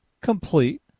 Complete